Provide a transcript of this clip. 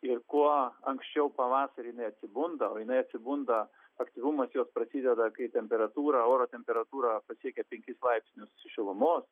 ir kuo anksčiau pavasarį jinai atsibunda jinai atsibunda aktyvumas jos prasideda kai temperatūra oro temperatūra pasiekia penkis laipsnius šilumos